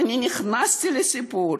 אני אתמול חזרתי חולה,